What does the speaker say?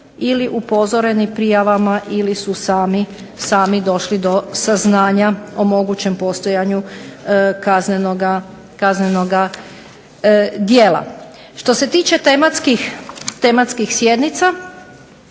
ili upozoreni prijavama ili su sami došli do saznanja o mogućem postojanju kaznenoga djela. Što se tiče tematskih sjednica